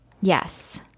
Yes